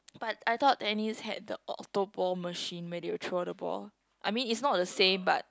but I thought tennis had the autoball machine where they'll throw the ball I mean it's not the same but